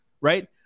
right